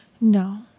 No